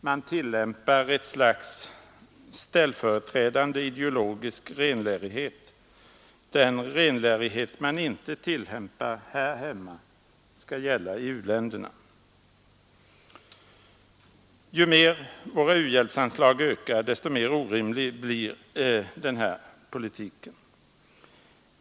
Man tillämpar ett slags ställföreträdande ideologisk renlärighet — den renlärighet man inte tillämpar här hemma skall gälla för verksamheten i u-länderna. 65 Ju mer våra u-hjälpsanslag ökar, desto mer orimlig blir den här politiken.